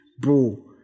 Bro